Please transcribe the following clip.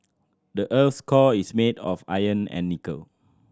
the earth's core is made of iron and nickel